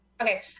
Okay